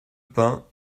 pain